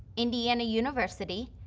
indiana university,